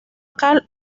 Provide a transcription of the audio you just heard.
carl